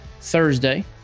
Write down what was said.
Thursday